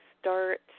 start